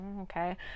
okay